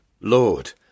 Lord